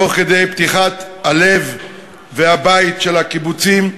תוך כדי פתיחת הלב והבית של הקיבוצים,